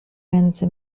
ręce